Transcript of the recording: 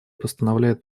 постановляет